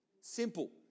Simple